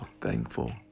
thankful